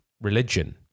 religion